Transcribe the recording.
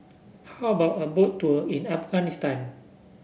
how about a Boat Tour in Afghanistan